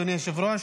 אדוני היושב-ראש,